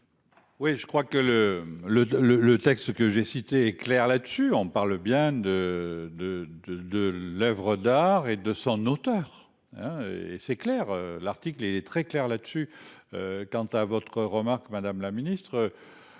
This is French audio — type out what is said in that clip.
Oui je crois que le le le le texte que j'ai cité est claire là-dessus, on parle bien de de de de l'oeuvre d'art et de son auteur. C'est clair, l'article est très clair dessus. Quant à votre remarque Madame la Ministre.